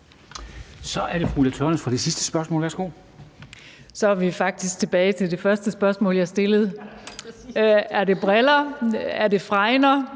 Så er det fru Ulla Tørnæs for det sidste spørgsmål. Værsgo. Kl. 14:10 Ulla Tørnæs (V): Så er vi faktisk tilbage til det første spørgsmål, jeg stillede: Er det briller, er det fregner,